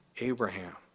Abraham